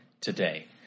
today